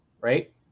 right